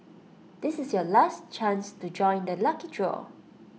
this is your last chance to join the lucky draw